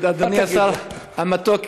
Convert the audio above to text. אדוני השר המתוק,